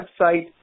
website